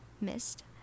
missed